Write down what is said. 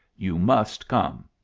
you must come.